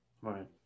Right